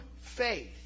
faith